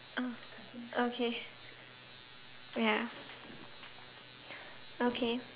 oh okay ya okay